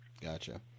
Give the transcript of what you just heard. Gotcha